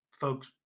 folks